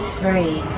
three